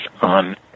on